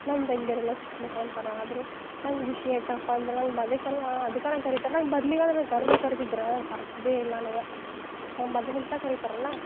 ನನ್ನ ತಂಗ್ಯಾರಲ್ಲ ಸಿಟ್ಟು ಮಾಡ್ಕೊತಾರೆ ಆದರು ನಂಗೆ ಖುಷಿ ಯಾಕಪ್ಪಾಂದ್ರೆ ನಂಗೆ ಬಂದೈತಲ್ಲಾ ಅದಕ್ಕೆ ನಂಗೆ ಕರಿತಾರೆ ನಂಗೆ ಬರ್ಲಿಗಾಂದರೆ ನಂಗೆ ಕರ್ದ್ರಾ ಕರೀತಿದ್ರಾ ಕರಿತಿದ್ದೇ ಇಲ್ಲ ನನ್ಗೆ ನಂಗೆ ಬಂದಿತಂತ ಕರಿತಾರಲ್ಲಾ